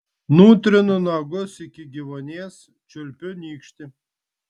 nutrinu nagus iki gyvuonies čiulpiu nykštį